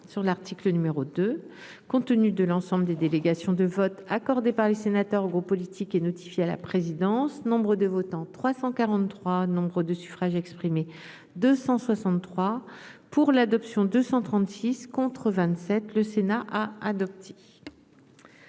sur l'article, le numéro de compte tenu de l'ensemble des délégations de vote accordé par les sénateurs, gros politique et notifié à la présidence Nombre de votants : 343 Nombre de suffrages exprimés 263 pour l'adoption 236 contre 27 Le Sénat a adopté.